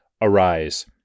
Arise